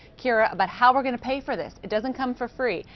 kyra, about how we're going to pay for this. it doesn't come for free.